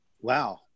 Wow